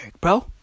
bro